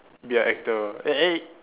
be an actor eh eh